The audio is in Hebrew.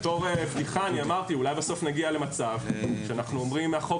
כבדיחה אני אמרתי שאולי בסוף נגיע למצב שאנחנו אומרים החוק